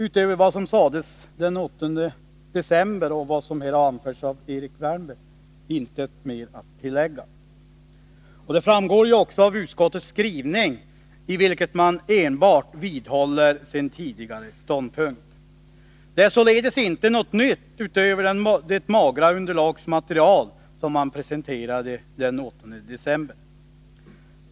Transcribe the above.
Utöver vad som sades den 8 december och vad som har anförts här av Erik Wärnberg finns väl inget mer att tillägga i själva sakfrågan. Detta framgår också av utskottets skrivning, i vilken man helt vidhåller sin tidigare ståndpunkt. Det har således inte tillkommit något nytt, utöver det magra underlagsmaterial som presenterades den 8 december.